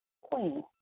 Queen